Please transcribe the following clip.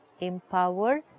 empower